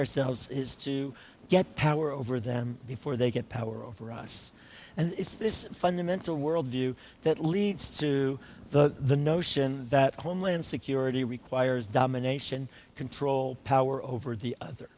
ourselves is to get power over them before they get power over us and it's this fundamental worldview that leads to the notion that homeland security requires domination control power over the other